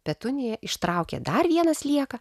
petunija ištraukė dar vieną slieką